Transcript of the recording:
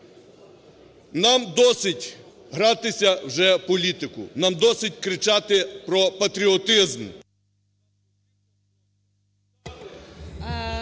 Нам досить гратися вже в політику. Нам досить кричати про патріотизм…